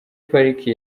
pariki